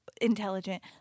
intelligent